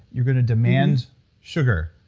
you're going to demand sugar,